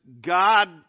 God